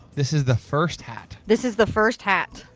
this is the first hat. this is the first hat.